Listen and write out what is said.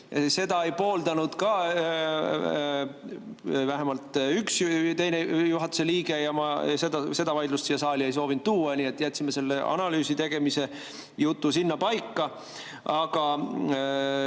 Seda ei pooldanud ka vähemalt üks teine juhatuse liige. Ma seda vaidlust siia saali ei soovinud tuua, nii et jätsime selle analüüsi tegemise jutu sinnapaika. Aga